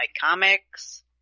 comics